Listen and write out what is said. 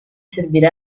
servire